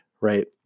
Right